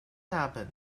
happen